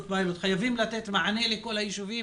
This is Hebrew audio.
פיילוט אלא חייבים לתת מענה לכל הישובים